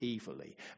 evilly